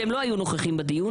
כשהם לא היו נוכחים בדיון.